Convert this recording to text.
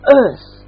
earth